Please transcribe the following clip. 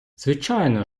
звичайно